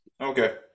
Okay